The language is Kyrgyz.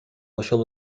ошол